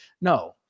No